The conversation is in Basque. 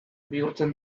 bihurtzen